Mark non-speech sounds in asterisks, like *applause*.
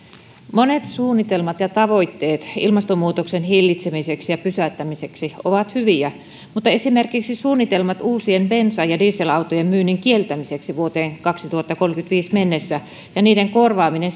monet suunnitelmat ja tavoitteet ilmastonmuutoksen hillitsemiseksi ja pysäyttämiseksi ovat hyviä mutta esimerkiksi suunnitelmat uusien bensa ja dieselautojen myynnin kieltämisestä vuoteen kaksituhattakolmekymmentäviisi mennessä ja niiden korvaaminen *unintelligible*